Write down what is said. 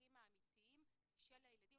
בצרכים האמיתיים של הילדים,